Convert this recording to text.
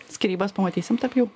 skyrybas pamatysim tarp jų